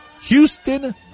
Houston